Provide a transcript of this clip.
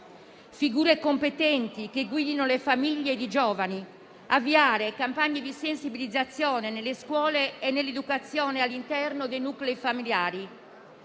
figure competenti che guidino le famiglie e i giovani, e avviare campagne di sensibilizzazione nelle scuole e di educazione all'interno dei nuclei familiari.